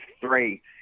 three